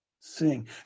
sing